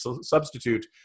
substitute